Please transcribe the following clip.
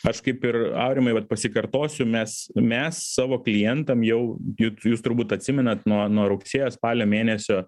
aš kaip ir aurimai vat pasikartosiu mes mes savo klientam jau juk jūs turbūt atsimenat nuo nuo rugsėjo spalio mėnesio